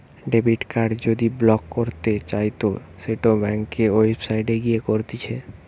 debit card যদি block করতে চাইতো সেটো ব্যাংকের ওয়েবসাইটে গিয়ে করতিছে